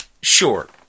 ...sure